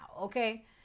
okay